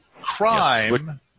crime